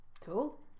Cool